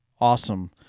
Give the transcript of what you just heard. Awesome